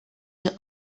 the